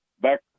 back